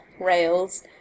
rails